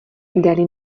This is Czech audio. dali